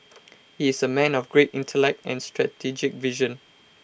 he is A man of great intellect and strategic vision